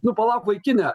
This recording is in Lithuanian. nu palauk vaikine